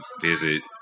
visit